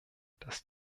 dass